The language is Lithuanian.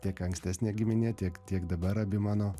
tiek ankstesnė giminė tiek tiek dabar abi mano